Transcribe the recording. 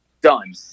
Done